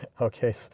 Okay